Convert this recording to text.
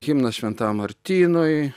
himnas šventajam martynui